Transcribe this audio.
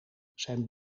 zijn